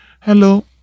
Hello